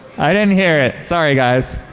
i didn't hear it. sorry, guys.